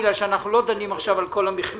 בגלל שאנחנו לא דנים עכשיו על כל המכלול.